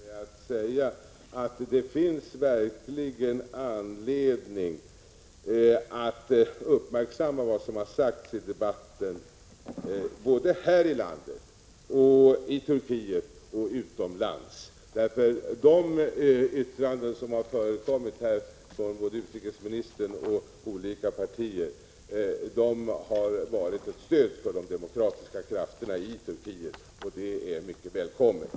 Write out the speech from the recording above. Herr talman! För min del vill jag avsluta den här diskussionen med att säga att det verkligen finns anledning att uppmärksamma vad som har sagts i debatten här i landet, i Turkiet och utomlands. De yttranden som har förekommit här från utrikesministern och olika partier har nämligen varit ett stöd för de demokratiska krafterna i Turkiet, och det är mycket välkommet.